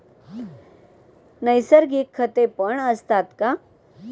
नैसर्गिक खतेपण असतात का?